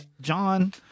john